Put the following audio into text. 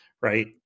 right